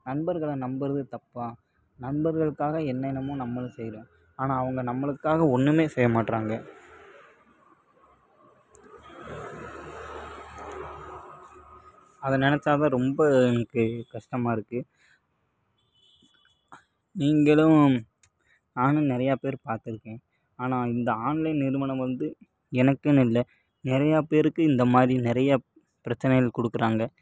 நண்பர்களை நம்புறது தப்பா நண்பர்களுக்காக என்னென்னமோ நம்மளும் செய்கிறோம் ஆனால் அவங்க நம்மளுக்காக ஒன்றுமே செய்ய மாட்றாங்க அதை நினைச்சா தான் ரொம்ப எனக்கு கஷ்டமா இருக்குது நீங்களும் நானும் நிறையா பேர் பாத்திருக்கேன் ஆனால் இந்த ஆன்லைன் நிறுவனம் வந்து எனக்குன்னு இல்லை நிறையா பேருக்கு இந்தமாதிரி நிறையா பிரச்சனைகள் கொடுக்குறாங்க